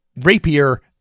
rapier